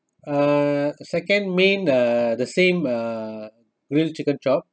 uh second main uh the same uh grilled chicken chop